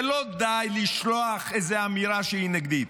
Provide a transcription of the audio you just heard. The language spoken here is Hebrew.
ולא די לשלוח איזו אמירה שהיא נגדית,